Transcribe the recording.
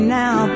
now